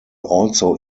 also